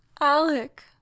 Alec